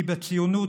כי בציונות,